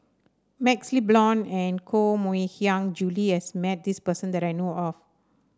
MaxLe Blond and Koh Mui Hiang Julie has met this person that I know of